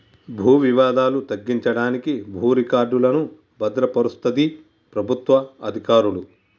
భూ వివాదాలు తగ్గించడానికి భూ రికార్డులను భద్రపరుస్తది ప్రభుత్వ అధికారులు